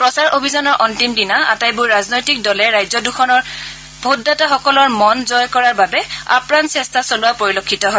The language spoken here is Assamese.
প্ৰচাৰ অভিযানৰ অন্তিম দিনা আটাইবোৰ ৰাজনৈতিক দলে ৰাজ্যদুখনৰ ভোটদাতাসকলৰ মন জয় কৰাৰ বাবে আপ্ৰাণ চেষ্টা চলোৱা পৰিলক্ষিত হয়